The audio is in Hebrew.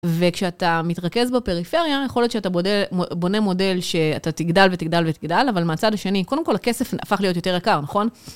וכשאתה מתרכז בפריפריה, יכול להיות שאתה בונה מודל שאתה תגדל ותגדל ותגדל, אבל מהצד השני, קודם כל הכסף הפך להיות יותר יקר, נכון?